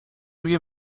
روی